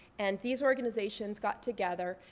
and these organizations got together,